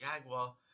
Jaguar